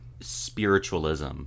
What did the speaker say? spiritualism